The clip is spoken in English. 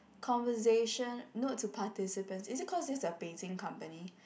conversation note to participants is this cause this is a Beijing company